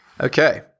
okay